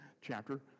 chapter